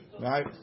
Right